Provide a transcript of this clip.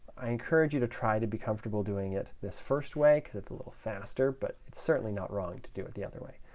i encourage you to try to be comfortable doing it this first way because it's a little faster, but it's certainly not wrong to do it the other way,